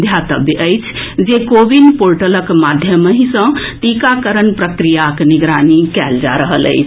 ध्यातव्य अछि जे कोविन पोर्टलक माध्यमहि सँ टीकाकरण प्रक्रियाक निगरानी कएल जा रहल अछि